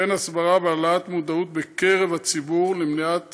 וכן הסברה והעלאת מודעות בקרב הציבור למניעת